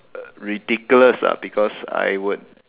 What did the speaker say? ridiculous ah because I would